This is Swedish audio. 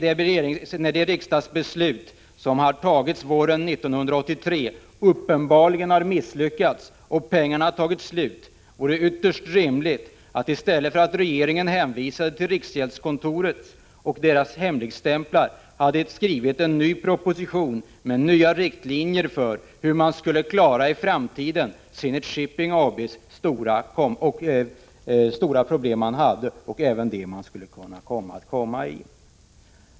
Eftersom det riksdagsbeslut som fattades våren 1983 uppenbarligen har inneburit ett misslyckande och pengarna har tagit slut, hade det varit ytterst rimligt att regeringen, i stället för att hänvisa till riksgäldskontoret och dess hemligstämplar, hade skrivit en ny proposition som innehöll nya riktlinjer för hur man i framtiden skulle klara de stora problem som Zenit Shipping AB hade och även de problem som företaget skulle få.